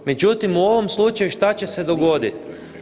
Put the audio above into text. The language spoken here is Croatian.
Međutim, u ovom slučaju, što će se dogoditi?